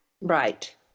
Right